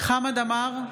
חמד עמאר,